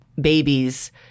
babies